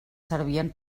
servien